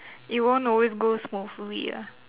it won't always go smoothly ah